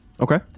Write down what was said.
Okay